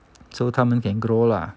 so 他们 can grow lah